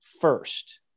first